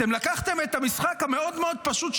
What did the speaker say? אתם לקחתם את המשחק המאוד-מאוד פשוט,